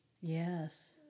Yes